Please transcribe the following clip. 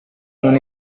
non